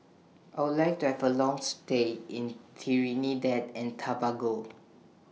I Would like to Have A Long stay in Trinidad and Tobago